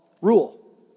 rule